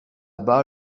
bas